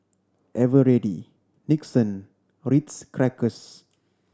Eveready Nixon Ritz Crackers